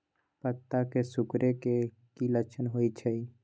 पत्ता के सिकुड़े के की लक्षण होइ छइ?